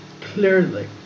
clearly